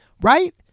Right